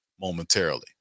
momentarily